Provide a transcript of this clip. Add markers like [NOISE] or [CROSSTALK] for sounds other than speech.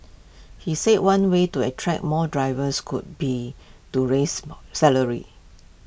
he said one way to attract more drivers could be to raise [NOISE] salaries